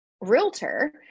realtor